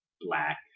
black